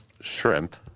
shrimp